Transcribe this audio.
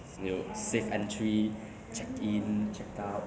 什么有 SafeEntry check in check out